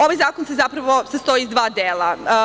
Ovaj zakon se zapravo sastoji iz dva dela.